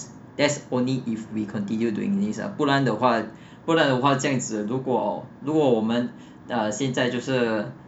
that's only if we continue doing these uh 不然的话不然的话这样子如果如果我们现在就是